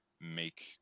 make